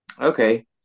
Okay